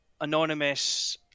anonymous